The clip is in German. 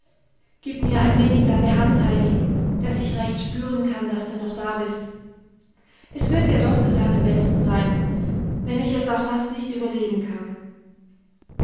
gib mir ein wenig deine hand heidi daß ich recht spüren kann daß du noch da bist es wird ja doch zu deinem besten sein wenn ich es auch fast nicht überleben kann